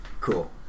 Cool